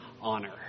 honor